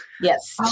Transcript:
yes